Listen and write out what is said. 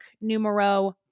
numero